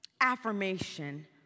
affirmation